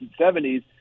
1970s